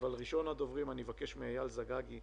אני אבקש מאייל זגגי,